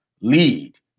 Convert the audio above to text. lead